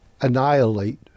annihilate